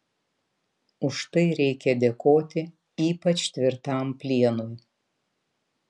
už tai reikia dėkoti ypač tvirtam plienui